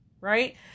right